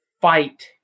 fight